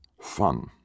fun